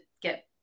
get